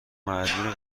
مجبوری